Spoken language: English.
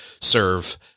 serve